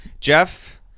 Jeff